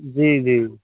जी जी